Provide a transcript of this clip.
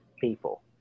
people